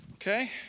Okay